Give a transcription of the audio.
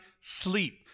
sleep